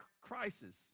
crisis